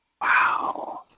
Wow